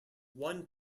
one